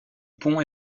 pont